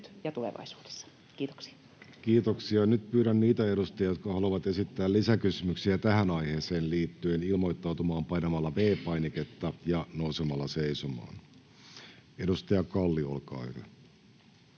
veroratkaisuja. Ne edustajat, jotka haluavat esittää lisäkysymyksiä tähän aiheeseen, voivat ilmoittautua painamalla V-painiketta ja nousemalla seisomaan. — Edustaja Sarkkinen, olkaa hyvä.